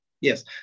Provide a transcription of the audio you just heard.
Yes